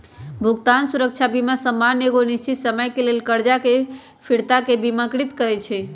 भुगतान सुरक्षा बीमा सामान्य एगो निश्चित समय के लेल करजा के फिरताके बिमाकृत करइ छइ